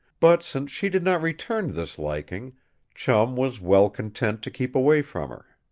but since she did not return this liking chum was well content to keep away from her.